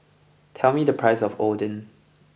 tell me the price of Oden